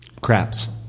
Craps